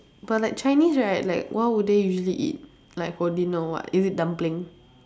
but like chinese right like what would they usually eat like for dinner or what is it dumpling